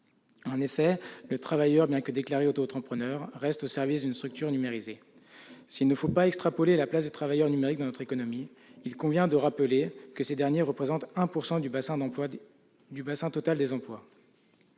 En effet, le travailleur, bien que déclaré autoentrepreneur, reste au service d'une structure numérisée. S'il ne faut pas extrapoler la place des travailleurs numériques dans notre économie, il convient de rappeler que ces derniers représentent 1 % du bassin d'emploi